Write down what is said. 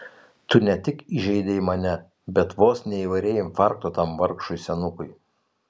tu ne tik įžeidei mane bet vos neįvarei infarkto tam vargšui senukui